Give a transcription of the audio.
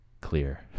clear